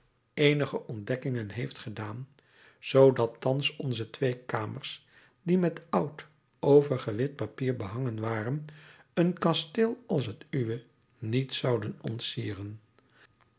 eenige ontdekkingen heeft gedaan zoodat thans onze twee kamers die met oud overgewit papier behangen waren een kasteel als het uwe niet zouden ontsieren